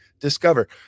Discover